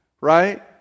Right